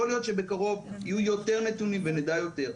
יכול להיות שבקרוב יהיו יותר נתונים ונדע יותר,